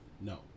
no